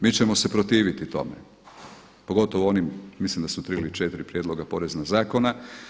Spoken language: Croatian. Mi ćemo se protiviti tome, pogotovo onim mislim da su tri ili četiri prijedloga porezna zakona.